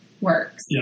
works